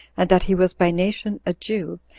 and that he was by nation a jew,